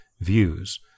views